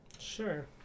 Sure